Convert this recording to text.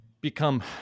become